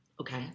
Okay